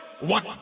One